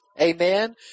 Amen